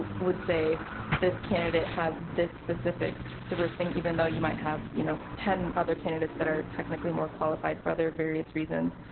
um would say this candidate has this specific diversity even though you might have you know ten other candidates that are technically more qualified for other various reasons